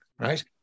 right